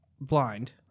blind